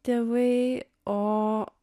tėvai o